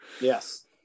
Yes